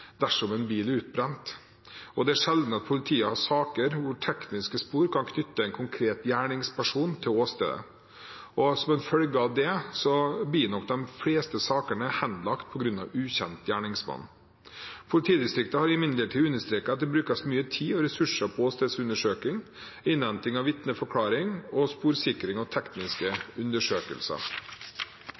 dersom en bil er utbrent, og det er sjelden at politiet har saker hvor tekniske spor kan knytte en konkret gjerningsperson til åstedet. Som en følge av det blir nok de fleste sakene henlagt på grunn av ukjent gjerningsmann. Politidistriktet har imidlertid understreket at det brukes mye tid og ressurser på åstedsundersøking, innhenting av vitneforklaring og sporsikring av tekniske undersøkelser.